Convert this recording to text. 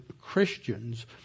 Christians